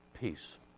peace